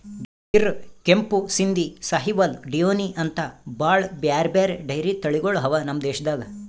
ಗಿರ್, ಕೆಂಪು ಸಿಂಧಿ, ಸಾಹಿವಾಲ್, ಡಿಯೋನಿ ಅಂಥಾ ಭಾಳ್ ಬ್ಯಾರೆ ಬ್ಯಾರೆ ಡೈರಿ ತಳಿಗೊಳ್ ಅವಾ ನಮ್ ದೇಶದಾಗ್